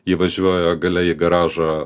įvažiuoja gale į garažą